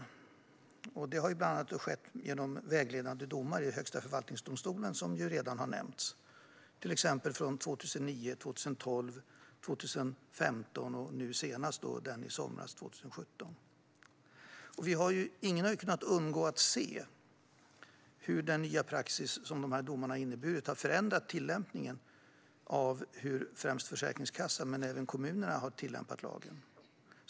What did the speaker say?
Som redan nämnts har det bland annat skett genom vägledande domar i Högsta förvaltningsdomstolen, till exempel 2009, 2012, 2015 och nu senast i somras, 2017. Ingen har kunnat undgå att se hur den nya praxis som dessa domar har inneburit har förändrat hur främst Försäkringskassan men även kommunerna har tillämpat lagen.